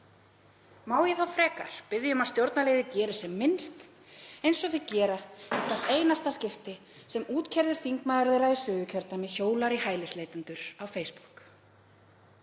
Má ég þá frekar biðja um að stjórnarliðið geri sem minnst eins og þau gera í hvert einasta skipti sem útkeyrður þingmaður þeirra í Suðurkjördæmi hjólar í hælisleitendur á Facebook.